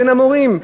בין המורים.